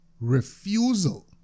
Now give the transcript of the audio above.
refusal